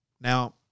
now